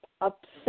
upset